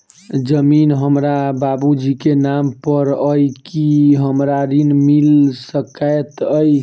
जमीन हमरा बाबूजी केँ नाम पर अई की हमरा ऋण मिल सकैत अई?